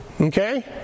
Okay